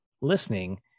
listening